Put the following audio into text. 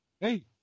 hey